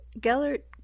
Gellert